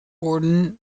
gordon